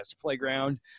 Playground